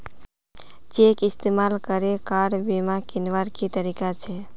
Cheque इस्तेमाल करे car बीमा कीन्वार की तरीका छे?